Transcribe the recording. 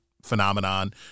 phenomenon